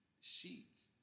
Sheets